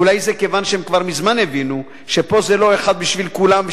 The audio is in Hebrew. אולי זה כיוון שהם כבר מזמן הבינו שפה זה לא אחד בשביל כולם,